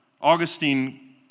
Augustine